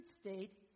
state